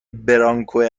برانکوی